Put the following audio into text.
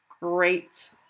great